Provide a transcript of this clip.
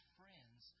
friends